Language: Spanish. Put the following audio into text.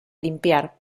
limpiar